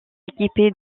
équipé